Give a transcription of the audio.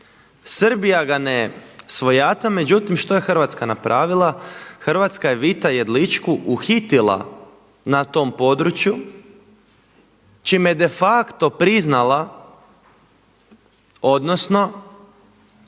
Srbija ga ne svojata, međutim što je Hrvatska napravila? Hrvatska je Vita Jedličku uhitila na tom području čime je de facto priznala odnosno